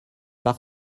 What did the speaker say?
par